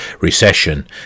recession